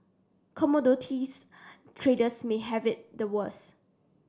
commodities traders may have it the worst